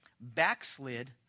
backslid